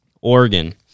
Oregon